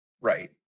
Right